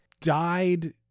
died